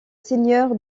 seigneur